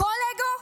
הכול אגו?